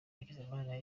hakizimana